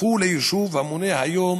הפכו ליישוב המונה היום